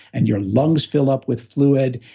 and your lungs fill up with fluid,